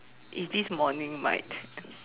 it's this morning Mike